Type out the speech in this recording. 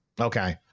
Okay